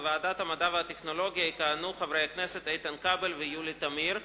בוועדת המדע והטכנולוגיה יכהנו חברי הכנסת איתן כבל ויולי תמיר.